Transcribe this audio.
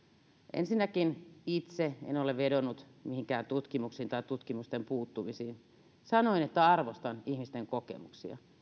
ensinnäkin itse en ole vedonnut mihinkään tutkimuksiin tai tutkimusten puuttumisiin sanoin että arvostan ihmisten kokemuksia